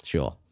Sure